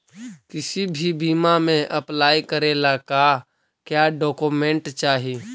किसी भी बीमा में अप्लाई करे ला का क्या डॉक्यूमेंट चाही?